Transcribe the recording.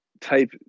type